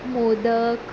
modak